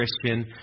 Christian